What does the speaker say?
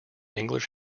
english